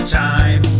time